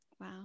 wow